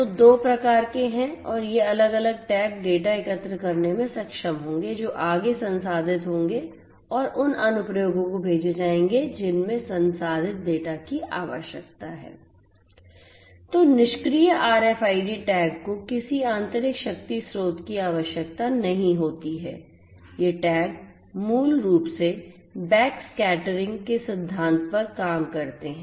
तो दो प्रकार हैं और ये अलग अलग टैग डेटा एकत्र करने में सक्षम होंगे जो आगे संसाधित होंगे और उन अनुप्रयोगों को भेजे जाएंगे जिन्हें संसाधित डेटा की आवश्यकता है तो निष्क्रिय आरएफआईडी टैग को किसी आंतरिक शक्ति स्रोत की आवश्यकता नहीं होती है ये टैग मूल रूप से बैकस्कैटरिंग के सिद्धांत पर काम करते हैं